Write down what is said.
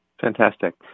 Fantastic